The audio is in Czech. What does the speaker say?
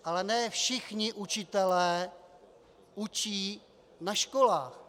Ale ne všichni učitelé učí na školách.